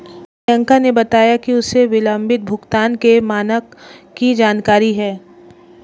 प्रियंका ने बताया कि उसे विलंबित भुगतान के मानक की जानकारी है